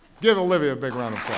give olivia a big round of